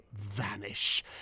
vanish